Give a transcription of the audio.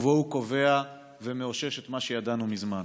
ובו הוא קובע, ומאשש את מה שידענו מזמן: